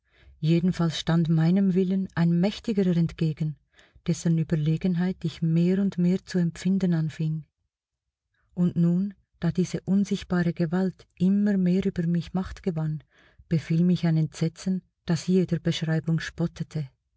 jedenfalls stand meinem willen ein mächtigerer entgegen dessen überlegenheit ich mehr und mehr zu empfinden anfing und nun da diese unsichtbare gewalt immer mehr über mich macht gewann befiel mich ein entsetzen das jeder beschreibung spottete